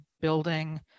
building